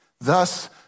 thus